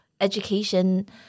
education